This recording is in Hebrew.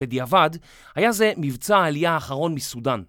בדיעבד, היה זה מבצע העלייה האחרון מסודן.